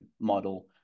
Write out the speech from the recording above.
model